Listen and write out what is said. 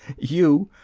you,